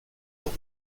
but